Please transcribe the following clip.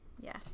Yes